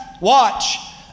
watch